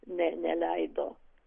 ne neleido